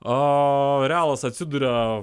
o realas atsiduria